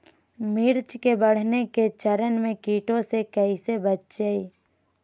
मिर्च के बढ़ने के चरण में कीटों से कैसे बचये?